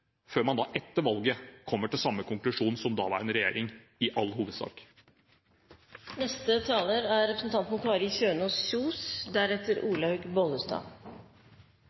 før man etter valget kommer til samme konklusjon som daværende regjering – i all hovedsak. Jeg er